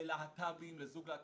למרות שהבכירים דיברו, אפשר להוסיף.